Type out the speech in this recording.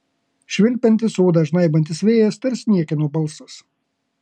švilpiantis odą žnaibantis vėjas tarsi niekieno balsas